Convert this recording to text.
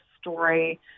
story